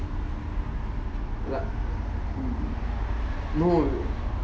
but no